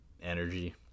energy